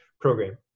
program